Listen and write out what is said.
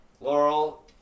Laurel